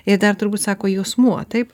ir dar turbūt sako juosmuo taip